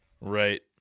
Right